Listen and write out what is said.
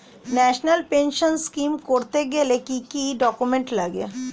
National pension scheme করতে গেলে কি কি ডকুমেন্ট লাগে?